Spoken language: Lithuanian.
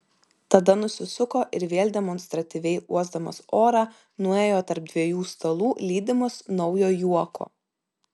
tada nusisuko ir vėl demonstratyviai uosdamas orą nuėjo tarp dviejų stalų lydimas naujo juoko